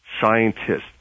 scientists